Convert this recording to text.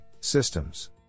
systems